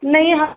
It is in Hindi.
नहीं